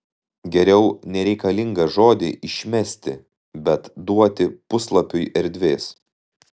geriau nereikalingą žodį išmesti bet duoti puslapiui erdvės